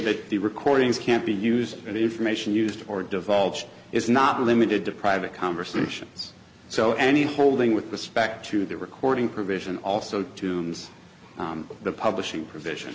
that the recordings can't be used that information used or divulged is not limited to private conversations so any holding with respect to the recording provision also tunes the publishing provision